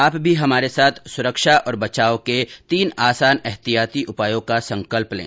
आप भी हमारे साथ सुरक्षा और बचाव के तीन आसान एहतियाती उपायों का संकल्प लें